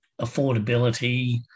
affordability